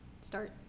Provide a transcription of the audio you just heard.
start